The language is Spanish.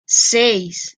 seis